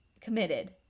committed